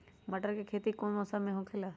मटर के खेती कौन मौसम में होखेला?